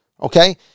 okay